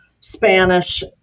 Spanish